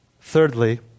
Thirdly